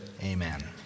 Amen